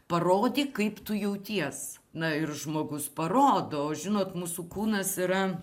parodyk kaip tu jauties na ir žmogus parodo žinot mūsų kūnas yra